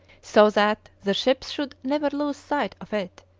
so that the ships should never lose sight of it,